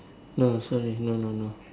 no sorry no no no